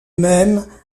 même